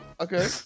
okay